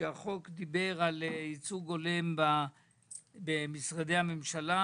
שדיבר על ייצוג הולם לאוכלוסייה החרדית במשרדי הממשלה